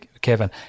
Kevin